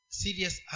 serious